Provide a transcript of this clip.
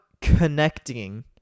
connecting